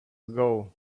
ago